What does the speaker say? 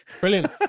Brilliant